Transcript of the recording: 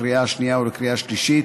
לקריאה שנייה ולקריאה שלישית.